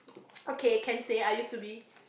okay can say I used to be